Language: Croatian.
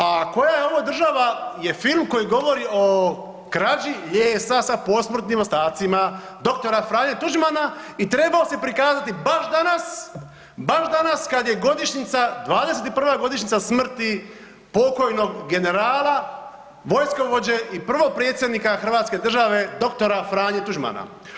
A „Koja je ovo država“ je film koji govori o krađi lijesa sa posmrtnim ostacima dr. Franje Tuđmana i trebao se prikazati baš danas, baš danas kada je godišnjica, 21. godišnjica smrti pokojnog generala, vojskovođe i prvog predsjednika Hrvatske države dr. Franje Tuđmana.